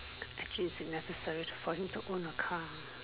actually is necessary to for him to own a car